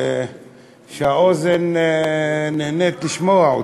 שהאוזן נהנית לשמוע אותה.